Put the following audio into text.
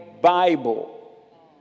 Bible